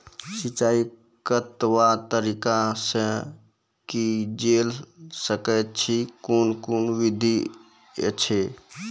सिंचाई कतवा तरीका सअ के जेल सकैत छी, कून कून विधि ऐछि?